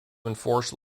enforce